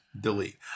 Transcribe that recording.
delete